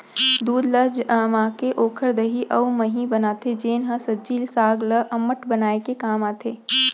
दूद ल जमाके ओकर दही अउ मही बनाथे जेन ह सब्जी साग ल अम्मठ बनाए के काम आथे